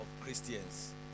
Christians